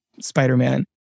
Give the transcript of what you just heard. Spider-Man